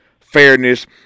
fairness